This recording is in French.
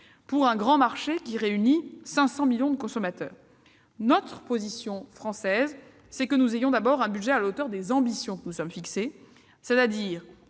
pour un grand marché qui réunit 500 millions de consommateurs ... Notre position, c'est d'abord d'avoir un budget à la hauteur des ambitions que nous nous sommes fixées, c'est-à-dire